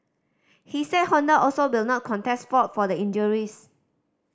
he said Honda also will not contest fault for the injuries